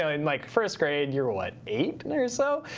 ah in like first grade, you're what, eight yeah or so?